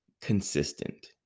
consistent